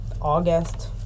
August